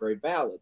very valid